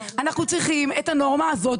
אנחנו צריכים לתקוף את הנורמה הזאת.